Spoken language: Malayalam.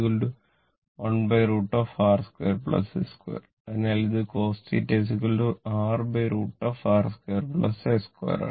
അതിനാൽ sin θX cos θR 1√ R2 X2 അതിനാൽ ഇത് cos θ R√ R2 X2 ആണ്